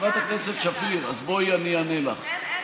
חברת הכנסת שפיר, בואי, אני אענה לך.